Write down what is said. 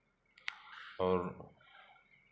और